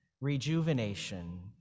rejuvenation